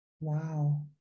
Wow